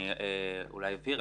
אני אולי אבהיר.